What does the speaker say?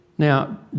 Now